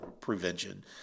prevention